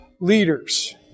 leaders